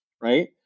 Right